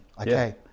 Okay